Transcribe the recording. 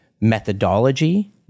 methodology